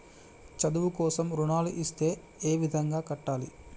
చదువు కోసం రుణాలు ఇస్తే ఏ విధంగా కట్టాలి?